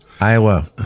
Iowa